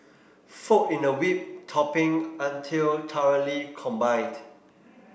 fold in the whipped topping until thoroughly combined